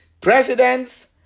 presidents